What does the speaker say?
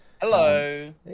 hello